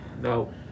No